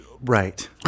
Right